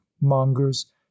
mongers